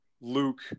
Luke